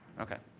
okay.